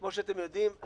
כמו שאתם יודעים,